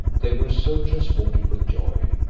they were so transported with joy,